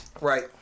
Right